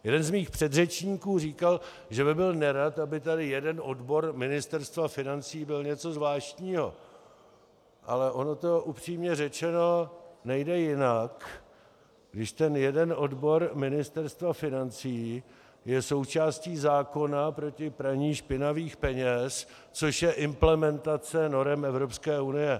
Jeden z mých předřečníků říkal, že by byl nerad, aby tady jeden odbor Ministerstva financí byl něco zvláštního, ale ono to upřímně řečeno, nejde jinak, když ten jeden odbor Ministerstva financí je součástí zákona proti praní špinavých peněz, což je implementace norem Evropské unie.